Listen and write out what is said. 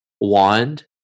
wand